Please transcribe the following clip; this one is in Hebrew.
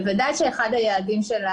בוודאי שאחד היעדים,